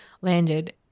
landed